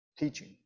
Teaching